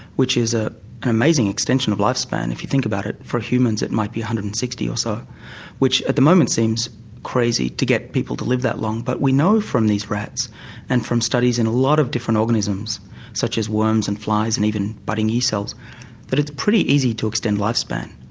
which is ah an amazing extension of lifespan, if you think about it. for humans it might be one hundred and sixty or so which, at the moment, seems crazy to get people to live that long. but we know from these rats and from studies in a lot of different organisms such as worms and flies and even budding e cells that it's pretty easy to extend lifespan.